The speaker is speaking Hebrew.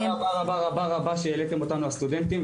תודה רבה שהעליתם אותנו, הסטודנטים.